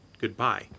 Goodbye